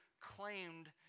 claimed